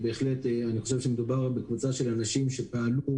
אני חושב שמדובר בקבוצה של אנשים שפעלו,